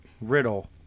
riddle